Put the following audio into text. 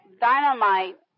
dynamite